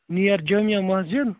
نِیر Jama مسجِد